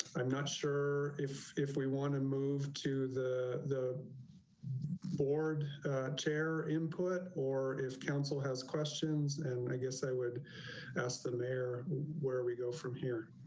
i'm not sure if if we want to move to the the board chair input or if council has questions and i guess i would ask them their where we go from here.